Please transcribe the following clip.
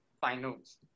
finals